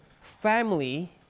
family